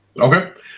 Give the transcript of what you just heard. Okay